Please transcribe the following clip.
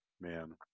man